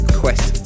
quest